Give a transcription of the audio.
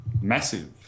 Massive